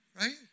Right